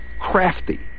crafty